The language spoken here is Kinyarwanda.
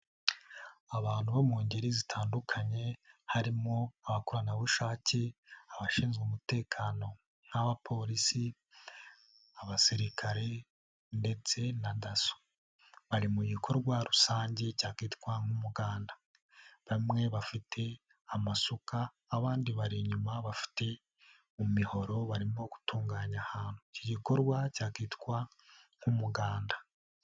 Abantu bo mu ngeri zitandukanye harimo: abakoranabushake, abashinzwe umutekano nk'abapolisi, abasirikare ndetse na daso. Bari mu gikorwa rusange cya kitwa muganda; bamwe bafite amasuka, abandi bari inyuma bafite imihoro barimo gutunganya ahantu. Iki gikorwa cyakitwa nk'umuganda.